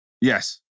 Yes